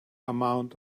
amount